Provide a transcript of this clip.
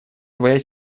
твоя